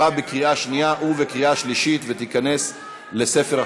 עברה בקריאה שנייה ובקריאה שלישית ותיכנס לספר החוקים.